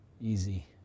easy